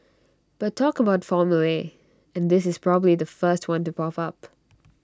but talk about formulae and this is probably the first one to pop up